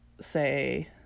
say